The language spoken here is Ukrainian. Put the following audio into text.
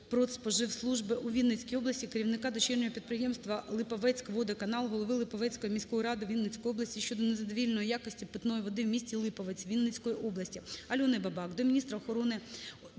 Держпродспоживслужби у Вінницькій області, керівника Дочірнього підприємства "Липовецьводоканал", голови Липовецької міської ради Вінницької області щодо незадовільної якості питної води в місті Липовець Вінницької області. АльониБабак до міністра